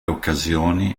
occasioni